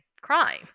crime